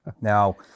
now